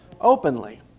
Openly